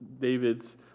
david's